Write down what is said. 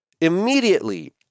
immediately